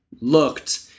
looked